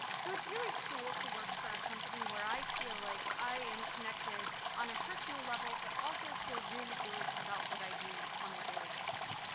so it's really cool to work for a company where i feel like i am connected on a personal level, but also feel really good about what i do on a daily basis.